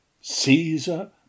Caesar